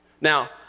Now